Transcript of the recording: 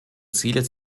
ziele